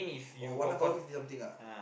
oh one half hour fifty something ah